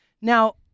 Now